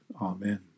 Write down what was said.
Amen